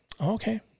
Okay